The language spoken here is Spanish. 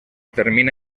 termina